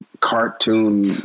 cartoon